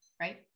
Right